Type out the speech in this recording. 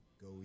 go